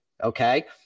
Okay